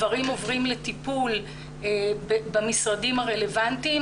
דברים עוברים לטיפול במשרדים הרלוונטיים.